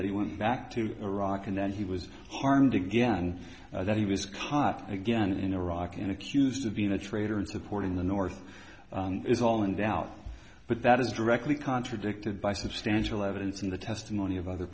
that he went back to iraq and that he was harmed again that he was caught again in iraq and accused of being a traitor and supporting the north is all in doubt but that is directly contradicted by substantial evidence in the testimony of other